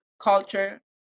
culture